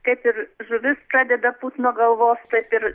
kaip ir žuvis pradeda pūt nuo galvos taip ir